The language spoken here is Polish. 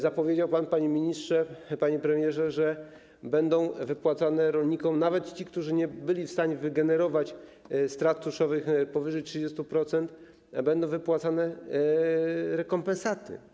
Zapowiedział pan, panie ministrze, panie premierze, że będą wypłacone rolnikom, nawet tym, którzy nie byli w stanie wygenerować strat suszowych powyżej 30%, rekompensaty.